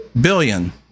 billion